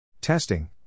Testing